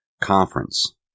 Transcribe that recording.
conference